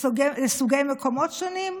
לסוגי מקומות שונים?